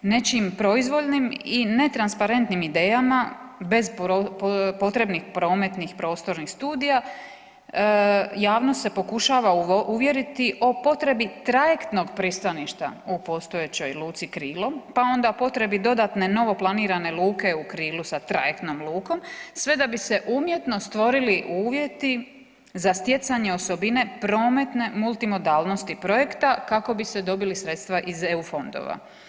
Nečim proizvoljnim i netransparentnim idejama bez potrebnih prometnih studija, javnost se pokušavam uvjeriti o potrebi trajektnog pristaništa u postojećoj luci Krilo pa onda potrebi dodatne novo planirane u Kruli sa trajektnom lukom, sve da bi se umjetno stvorili uvjeti za stjecanje osobine prometne multimodalnosti projekta kako bis e dobila sredstva iz EU fondova.